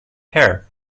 her